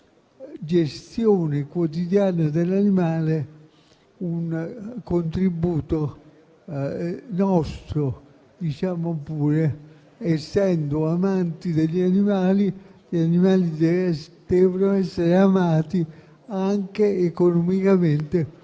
gestione quotidiana dell'animale con un nostro contributo; essendo amanti degli animali, gli animali devono essere amati anche economicamente,